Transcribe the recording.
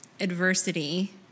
adversity